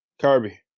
Kirby